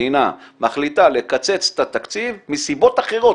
מחליטה לקצץ את התקציב מסיבות אחרות,